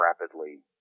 rapidly